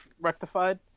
rectified